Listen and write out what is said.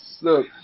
Look